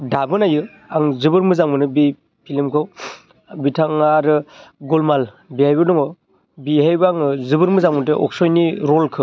दाबो नायो आं जोबोर मोजां मोनो बे फ्लिमखौ बिथाङा आरो गलमाल बेहायबो दङ बेहायबो आङो जोबोर मोजां मोनो अक्सयनि रलखौ